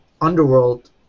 underworld